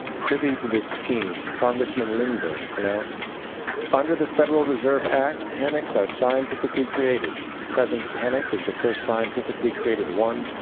privy to this scheme, congressman charles lindbergh pronounced under the federal reserve act, panics are scientifically created. the present panic is the first scientifically created one,